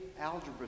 algebra